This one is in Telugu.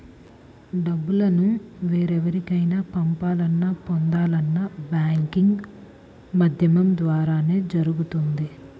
డబ్బుల్ని వేరెవరికైనా పంపాలన్నా, పొందాలన్నా బ్యాంకింగ్ మాధ్యమం ద్వారానే జరుగుతుంది